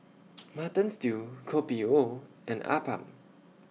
Mutton Stew Kopi O and Appam